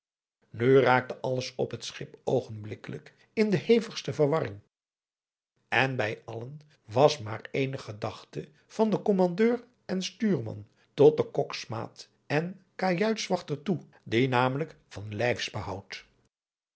nu raakte alles op het schip oogenblikkelijk in de hevigste verwarring en bij allen was maar ééne gedachte van den kommandeur en stuurman tot den koksmaat en kajuitswachter toe die namelijk van lijfsbehoud